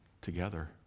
together